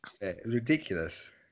Ridiculous